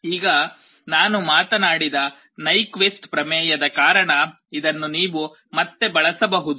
ಈಗ ನಾನು ಮಾತನಾಡಿದ ನೈಕ್ವಿಸ್ಟ್ ಪ್ರಮೇಯದ ಕಾರಣ ಇದನ್ನು ನೀವು ಮತ್ತೆ ಬಳಸಬಹುದು